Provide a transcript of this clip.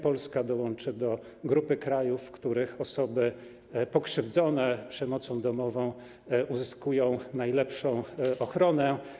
Polska dołączy do grupy krajów, w których osoby pokrzywdzone przemocą domową uzyskują najlepszą ochronę.